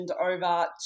over